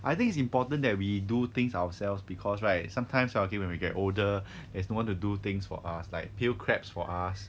I think it's important that we do things ourselves because right sometimes okay when we get older there's no one to do things for us like peel crabs for us